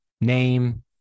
name